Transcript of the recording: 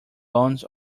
lawns